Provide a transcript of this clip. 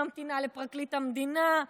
ממתינה לפרקליט המדינה,